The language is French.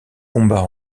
combats